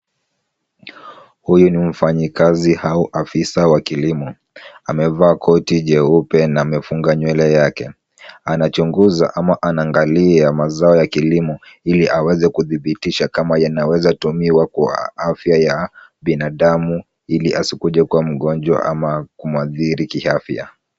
Huyu ni mfanyikazi au afisa wa kilimo. Amevaa koti jeupe na amefunga nywele yake. Anachunguza ama anaangalia mazao ya kilimo ili aweze kudhibitisha kama yanaweza tumiwa kwa afya ya binadamu ili asikuje kuwa mgonjwa ama kumwathiri kiafya.